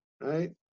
Right